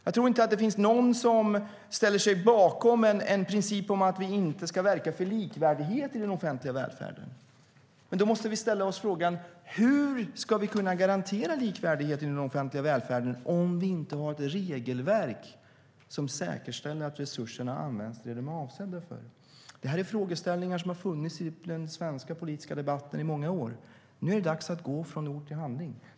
Jag tror inte att det finns någon som ställer sig bakom en princip om att vi inte ska verka för likvärdighet i den offentliga välfärden. Men då måste vi ställa oss frågan: Hur ska vi kunna garantera likvärdighet i den offentliga välfärden om vi inte har ett regelverk som säkerställer att resurserna används till vad de är avsedda för? Det är frågeställningar som har funnits i den svenska politiska debatten i många år. Nu är det dags att gå från ord till handling.